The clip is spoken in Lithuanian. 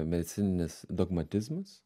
medicininis dogmatizmas